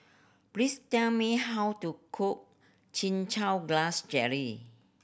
please tell me how to cook Chin Chow Grass Jelly